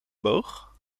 boog